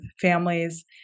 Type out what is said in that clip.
families